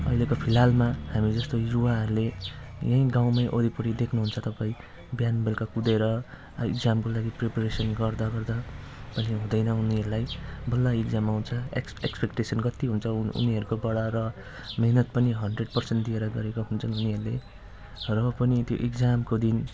अहिलेको फिलहालमा हामी जस्तो युवाहरूले यहीँ गाउँमै वरिपरि देख्नुहुन्छ तपाईँ बिहान बेलुका कुदेर इग्जामको लागि प्रिपरेसन गर्दा गर्दा अनि हुँदैन उनीहरूलाई बल्ल इग्जाम आउँछ एक्स् एक्सपेक्टेसन कति हुन्छ उनीहरूकोबाट र मेहनत पनि हन्ड्रेड परसेन्ट दिएर गरेको हुन्छन् उनीहरूले र पनि त्यो इग्जामको दिन